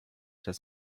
das